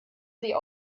sie